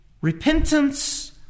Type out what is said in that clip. Repentance